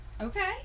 Okay